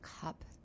cup